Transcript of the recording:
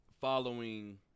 following